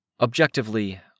Objectively